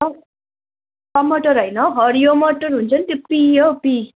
टमाटर होइन हो हरियो मटर हुन्छ नि त्यो पि हो पि